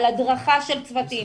על הדרכה של צוותים,